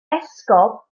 esgob